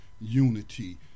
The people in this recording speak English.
Unity